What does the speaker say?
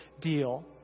deal